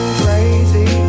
crazy